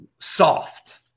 soft